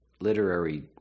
literary